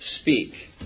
speak